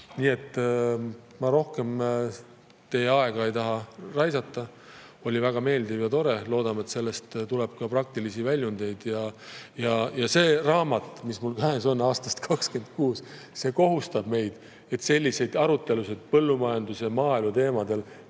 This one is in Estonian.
teine. Ma rohkem ei taha teie aega raisata. Oli väga meeldiv ja tore. Loodame, et sellest tuleb ka praktilisi väljundeid. See raamat, mis mul käes on, aastast 1926, kohustab meid: selliseid arutelusid põllumajandus- ja maaeluteemadel